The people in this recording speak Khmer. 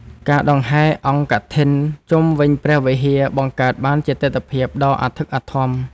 ការដង្ហែរអង្គកឋិនជុំវិញព្រះវិហារ បង្កើតបានជាទិដ្ឋភាពដ៏អធិកអធម។